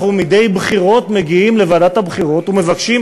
אנחנו מדי בחירות מגיעים לוועדת הבחירות ומבקשים